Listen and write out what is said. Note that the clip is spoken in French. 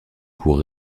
coups